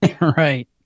Right